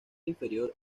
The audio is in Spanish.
inferior